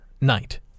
night